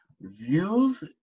Views